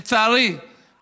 לצערי,